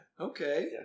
Okay